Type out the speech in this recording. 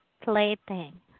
plaything